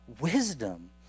wisdom